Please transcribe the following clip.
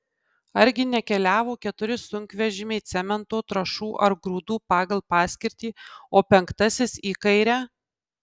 argi nekeliavo keturi sunkvežimiai cemento trąšų ar grūdų pagal paskirtį o penktasis į kairę